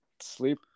sleep